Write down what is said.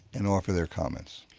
and offer their comments.